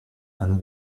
and